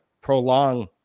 prolong